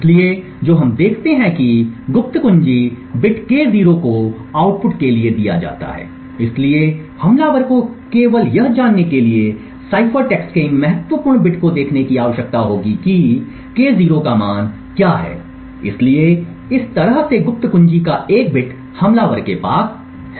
इसलिए जो हम देखते हैं कि गुप्त कुंजी बिट K0 को आउटपुट के लिए दिया जाता है इसलिए हमलावर को केवल यह जानने के लिए साइफर टेक्स्ट के इन महत्वपूर्ण बिट को देखने की आवश्यकता होगी कि K0 का मान क्या है इसलिए इस तरह से गुप्त कुंजी का एक बिट हमलावर के पास है